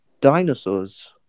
dinosaurs